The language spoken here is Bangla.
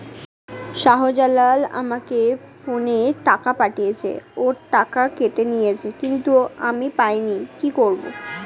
শাহ্জালাল আমাকে ফোনে টাকা পাঠিয়েছে, ওর টাকা কেটে নিয়েছে কিন্তু আমি পাইনি, কি করব?